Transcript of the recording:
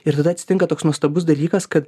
ir tada atsitinka toks nuostabus dalykas kad